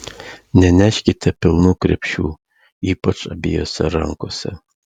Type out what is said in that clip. neneškite pilnų krepšių ypač abiejose rankose